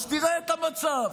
אז תראה את המצב.